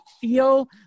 feel